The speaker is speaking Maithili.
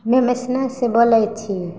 हमे मेसना से बोलै छी